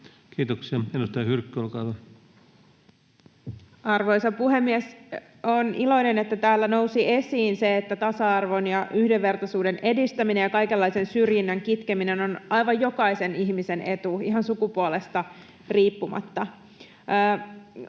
Time: 12:48 Content: Arvoisa puhemies! Olen iloinen, että täällä nousi esiin se, että tasa-arvon ja yhdenvertaisuuden edistäminen ja kaikenlaisen syrjinnän kitkeminen on aivan jokaisen ihmisen etu, ihan sukupuolesta riippumatta.